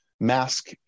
mask